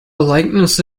likeness